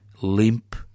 limp